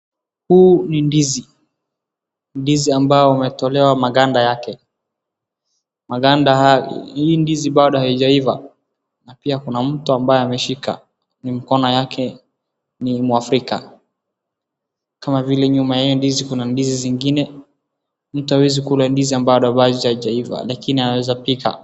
Huu ni ndizi. Ndizi ambao ametolewa maganda yake. Maganda yake, hii ndizi bado haijaiva na pia kuna mtu ambaye ameshika na mkono yake ni mwafrika. Kama vile nyuma ya hiyo ndizi kuna ndizi zingine. Mtu hawezi kula ndizi ambayo bado haijaiva lakini anaweza pika.